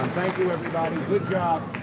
thank you everybody, good job.